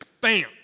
bam